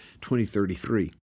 2033